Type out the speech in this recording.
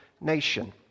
nation